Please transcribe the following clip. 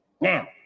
Now